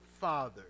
Father